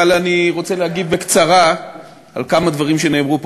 אבל אני רוצה להגיב בקצרה על כמה דברים שנאמרו פה.